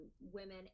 women